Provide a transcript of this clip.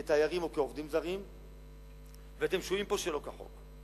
כתיירים או כעובדים זרים ואתם שוהים פה שלא כחוק.